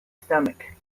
stomach